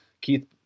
Keith